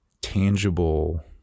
tangible